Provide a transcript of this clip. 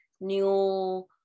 new